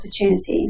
opportunity